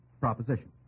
proposition